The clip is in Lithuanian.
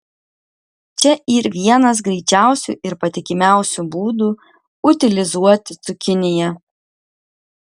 čia yr vienas greičiausių ir patikimiausių būdų utilizuoti cukiniją